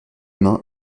humains